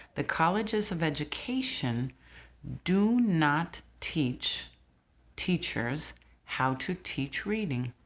the colleges of education do not teach teachers how to teach reading,